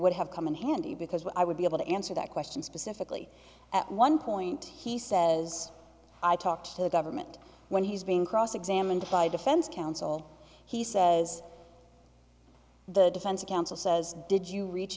would have come in handy because i would be able to answer that question specifically at one point he says i talked to the government when he's being cross examined by defense counsel he says the defense counsel says did you reach